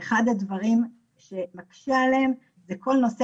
אבל אחד הדברים שמקשים עליהם זה כל נושא